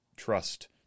Trust